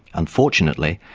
unfortunately,